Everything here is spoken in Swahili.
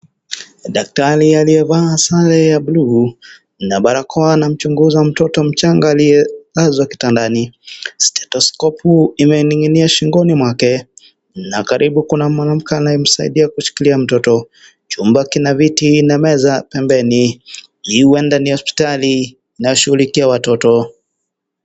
Daktari aliyevaa sare ya blu na barakoa anamchunguza mtoto mchanga aliyelazwa kitandani. Stetoskopu imening'inia shingoni mwake na karibu kuna mwanamke anayemsaidia kushikilia mtoto . Chumba kina viti na meza pembeni , hi huenda ni hospitali inayoshughulikia watoto.